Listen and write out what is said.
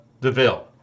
deville